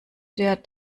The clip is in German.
der